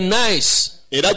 nice